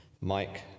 Mike